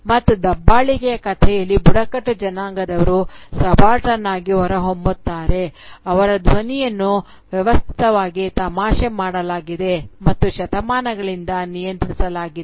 ಮತ್ತು ದಬ್ಬಾಳಿಕೆಯ ಕಥೆಯಲ್ಲಿ ಬುಡಕಟ್ಟು ಜನಾಂಗದವರು ಸಬಾಲ್ಟರ್ನ್ ಆಗಿ ಹೊರಹೊಮ್ಮುತ್ತಾರೆ ಅವರ ಧ್ವನಿಯನ್ನು ವ್ಯವಸ್ಥಿತವಾಗಿ ತಮಾಷೆ ಮಾಡಲಾಗಿದೆ ಮತ್ತು ಶತಮಾನಗಳಿಂದ ನಿಯಂತ್ರಿಸಲಾಗಿದೆ